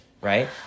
right